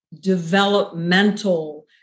developmental